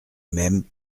mêmes